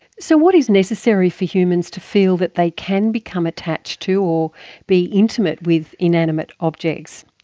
so what is necessary for humans to feel that they can become attached to or be intimate with inanimate objects?